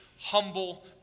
humble